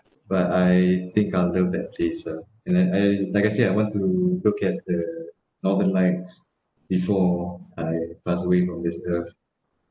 but I think I'll do ah and then I as like I say I want to look at the northern lights before I pass away from this earth